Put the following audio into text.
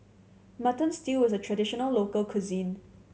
Mutton Stew is a traditional local cuisine